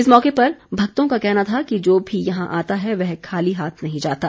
इस मौके पर भक्तों का कहना था कि जो भी यहां आता है वह खाली हाथ नहीं जाता